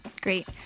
Great